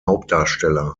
hauptdarsteller